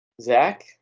Zach